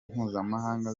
mpuzamahanga